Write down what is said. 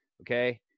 Okay